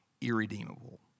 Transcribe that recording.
irredeemable